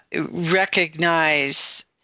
recognize